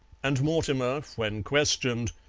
and mortimer, when questioned,